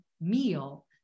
meal